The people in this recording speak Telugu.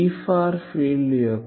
E ఫార్ ఫిల్డ్ యొక్క టైం ఫేజ్ J